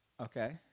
Okay